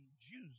Jews